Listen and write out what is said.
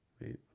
wait